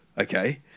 okay